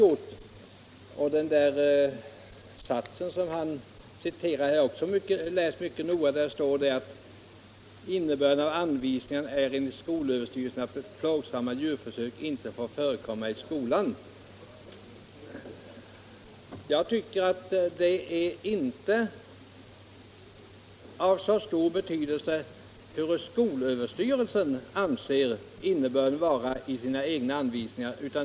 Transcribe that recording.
Jag har också läst den sats han citerade: ”Innebörden av anvisningarna är enligt skolöverstyrelsen att plågsamma djurförsök inte får förekomma i skolan.” Det är inte av så stor betydelse vad skolöverstyrelsen anser innebörden vara i sina egna anvisningar.